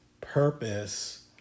purpose